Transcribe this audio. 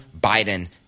Biden